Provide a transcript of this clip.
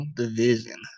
division